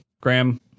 Graham